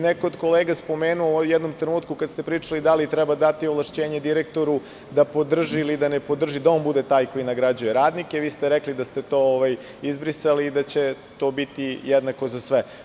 Neko od kolega je spomenuo u jednom trenutku, kada ste pričali da li treba dati ovlašćenje direktoru da podrži ili da ne podrži, da on bude taj koji nagrađuje radnike, vi ste rekli da ste to izbrisali i da će to biti jednako za sve.